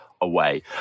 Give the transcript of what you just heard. away